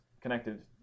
connected